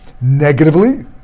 negatively